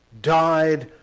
died